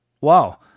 wow